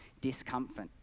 discomfort